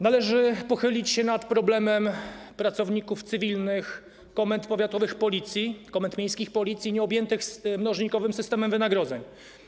Należy pochylić się nad problemem cywilnych pracowników komend powiatowych Policji i komend miejskich Policji nieobjętych mnożnikowym systemem wynagrodzeń.